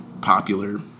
popular